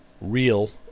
real